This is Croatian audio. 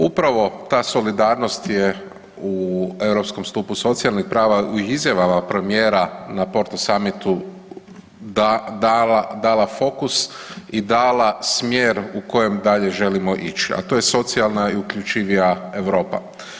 Upravo ta solidarnost je u europskom stupu socijalnih prava u izjavama premijera na Porto Summitu dala fokus i dala smjer u kojem dalje želimo ići, a to je socijalna i uključivija Europa.